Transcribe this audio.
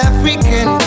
African